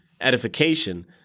edification